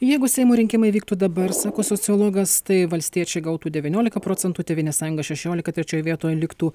jeigu seimo rinkimai vyktų dabar sako sociologas tai valstiečiai gautų devyniolika procentų tėvynės sąjunga šešiolika trečioj vietoj liktų